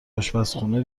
اشپزخونه